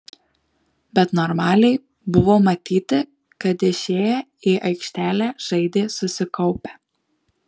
bet normaliai buvo matyti kad išėję į aikštelę žaidė susikaupę